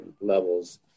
levels